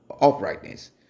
Uprightness